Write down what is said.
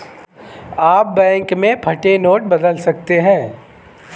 आप बैंक में फटे नोट बदल सकते हैं